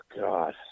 God